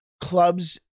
clubs